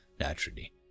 naturally